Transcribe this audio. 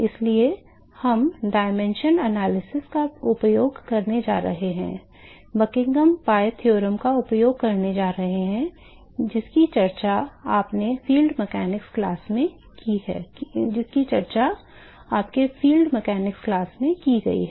इसलिए हम आयाम विश्लेषण का उपयोग करने जा रहे हैं बकिंघम पाई प्रमेय का उपयोग करने जा रहे हैं जिसकी चर्चा आपके क्षेत्र यांत्रिकी क्लास में की गई है